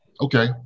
Okay